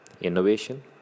innovation